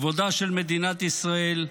כבודה של מדינת ישראל,